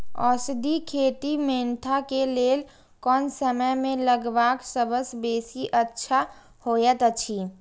औषधि खेती मेंथा के लेल कोन समय में लगवाक सबसँ बेसी अच्छा होयत अछि?